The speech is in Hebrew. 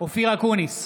אופיר אקוניס,